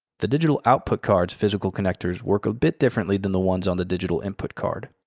the digital output card's physical connectors work a bit differently than the ones on the digital input card.